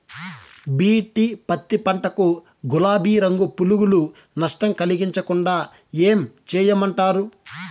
BT పత్తి పంట కు, గులాబీ రంగు పులుగులు నష్టం కలిగించకుండా ఏం చేయమంటారు?